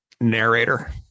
narrator